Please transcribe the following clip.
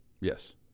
Yes